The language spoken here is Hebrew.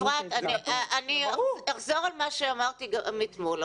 אני אחזור על מה שאמרתי גם אתמול.